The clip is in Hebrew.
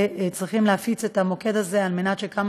וצריכים להפיץ את המוקד הזה כדי שכמה